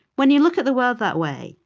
when you look at the world that way,